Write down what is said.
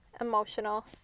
emotional